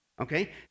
Okay